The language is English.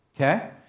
Okay